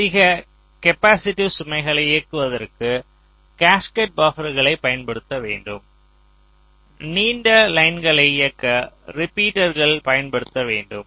அதிக கேப்பாசிட்டிவ் சுமைகளை இயக்குவதற்கு கேஸ்கேடட் பபர்களைப் பயன்படுத்தப்பட வேண்டும் நீண்ட லைன்களை இயக்க ரிப்பீட்டர்கள் பயன்படுத்தப்பட வேண்டும்